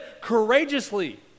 courageously